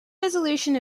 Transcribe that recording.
resolution